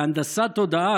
בהנדסת תודעה,